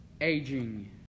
aging